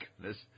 goodness